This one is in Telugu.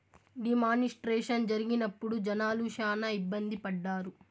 డీ మానిస్ట్రేషన్ జరిగినప్పుడు జనాలు శ్యానా ఇబ్బంది పడ్డారు